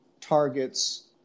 targets